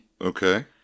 Okay